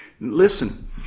Listen